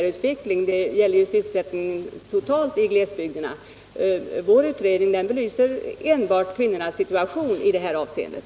Hennes interpellation gäller sysselsättningen totalt i glesbygderna. Vår utredning belyser enbart kvinnornas situation i det här avseendet.